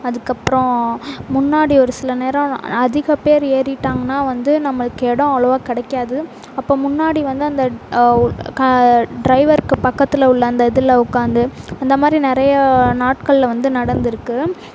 அதுக்கப்றம் முன்னாடி ஒரு சில நேரம் அதிகம் பேர் ஏறிட்டாங்கன்னா வந்து நம்மளுக்கு எடம் அவ்வளோவா கிடைக்காது அப்போ முன்னாடி வந்து அந்த டிரைவருக்கு பக்கத்தில் உள்ள அந்த இதில் உட்கார்ந்து அந்தமாதிரி நிறையா நாட்களில் வந்து நடந்திருக்கு